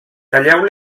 talleu